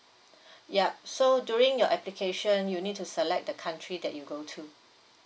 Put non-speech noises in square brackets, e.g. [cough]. [breath] yup so during your application you need to select the country that you go to